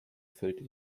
füllte